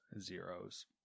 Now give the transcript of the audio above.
zeros